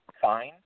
fine